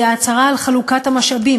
היא ההצהרה על חלוקת המשאבים,